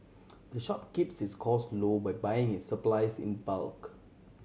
the shop keeps its costs low by buying its supplies in bulk